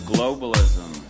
Globalism